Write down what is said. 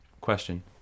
question